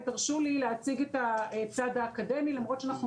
ותרשו לי להציג את הצד האקדמי למרות שאנחנו